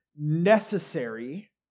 necessary